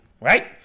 right